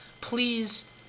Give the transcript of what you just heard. Please